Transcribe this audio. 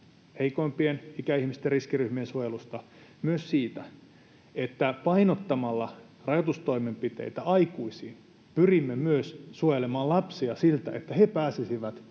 heikoimpien, ikäihmisten, riskiryhmien suojelusta — myös siitä, että painottamalla rajoitustoimenpiteitä aikuisiin pyrimme suojelemaan lapsia ja nuoria niin, että he pääsisivät